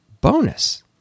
bonus